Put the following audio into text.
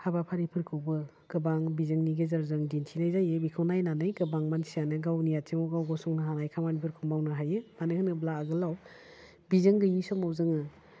हाबाफारिफोरखौबो गोबां बिजोंनि गेजेरजों दिन्थिनाय जायो बेखौ नायनानै गोबां मानसियानो गावनि आथिङाव गाव गसंनो हानाय खामानिफोरखौ मावनो हायो मानो होनोब्ला आगोलाव बिजों गैयै समाव जोङो